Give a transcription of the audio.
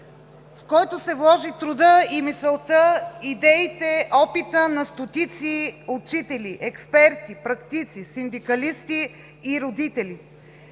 в който се вложи трудът и мисълта, идеите, опитът на стотици учители, експерти, практици, синдикалисти и родители.